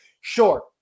Sure